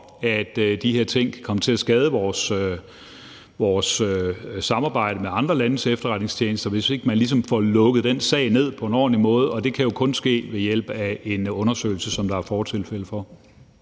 at de her ting kan komme til at skade vores samarbejde med andre landes efterretningstjenester, hvis ikke man ligesom får lukket den sag ned på en ordentlig måde, og det kan jo kun ske ved hjælp af en undersøgelse, som der er fortilfælde for.